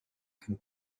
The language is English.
can